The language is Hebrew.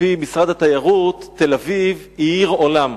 על-פי משרד התיירות, תל-אביב היא עיר עולם.